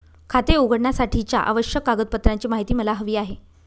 खाते उघडण्यासाठीच्या आवश्यक कागदपत्रांची माहिती मला हवी आहे